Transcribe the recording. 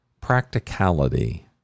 Practicality